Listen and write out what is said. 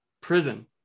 prison